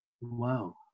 Wow